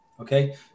Okay